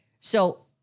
So-